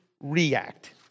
react